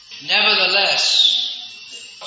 Nevertheless